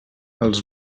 als